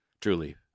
Truly